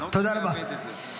תודה רבה.